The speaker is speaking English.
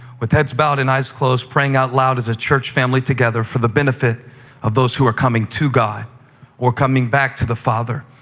with heads bowed and eyes closed, praying out loud as a church family together for the benefit of those who are coming to god or coming back to the father,